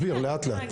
מג"ב?